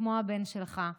כמו הבן שלך,